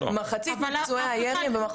מחצית מפצועי הירי הם במחוז צפון.